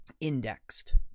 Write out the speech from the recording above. indexed